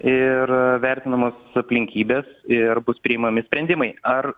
ir vertinamos aplinkybės ir bus priimami sprendimai ar